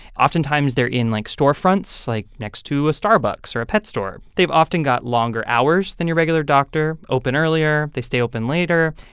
oftentimes, they're in, like, storefronts, like, next to a starbucks or a pet store. they've often got longer hours than your regular doctor, open earlier. they stay open later.